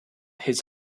his